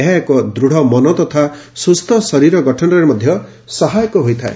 ଏହା ଏକ ଦୃଢ଼ ମନ ତଥା ସୁସ୍ଥ ଶରୀର ଗଠନରେ ମଧ୍ଧ ସହାୟକ ହୋଇଥାଏ